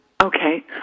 Okay